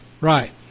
Right